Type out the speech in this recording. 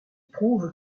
prouve